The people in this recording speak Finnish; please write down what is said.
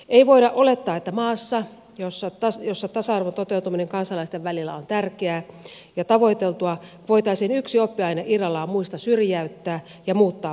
ei voida olettaa että maassa jossa tasa arvon toteutuminen kansalaisten välillä on tärkeää ja tavoiteltua voitaisiin yksi oppiaine irrallaan muista syrjäyttää ja muuttaa valinnaiseksi